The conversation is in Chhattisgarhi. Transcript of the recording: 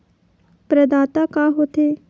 प्रदाता का हो थे?